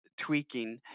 tweaking